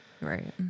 Right